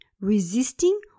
resisting